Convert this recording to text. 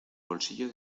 bolsillo